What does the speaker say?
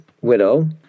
widow